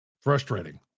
frustrating